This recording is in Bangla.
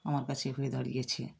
আমার কাছে হয়ে দাঁড়িয়েছে